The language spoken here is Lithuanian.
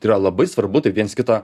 tai yra labai svarbu taip viens kitą